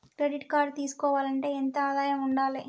Credit card తీసుకోవాలంటే ఎంత ఆదాయం ఉండాలే?